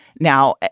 now,